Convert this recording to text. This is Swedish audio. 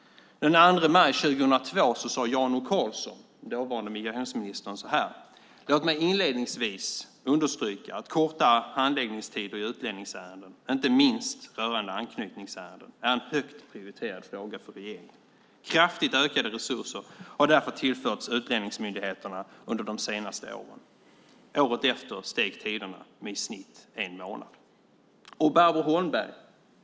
Den 2 maj 2002 sade Jan O Karlsson, dåvarande migrationsminister, så här: Låt mig inledningsvis understryka att kortare handläggningstider i utlänningsärenden, inte minst rörande anknytningsärenden, är en högt prioriterad fråga för regeringen. Kraftigt ökade resurser har därför tillförts utlänningsmyndigheterna under de senaste åren. Året efter ökade tiderna med i snitt en månad.